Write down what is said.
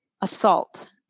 assault